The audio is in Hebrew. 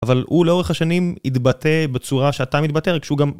אבל הוא לאורך השנים התבטא בצורה שאתה מתבטא, רק שהוא גם...